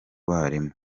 barimu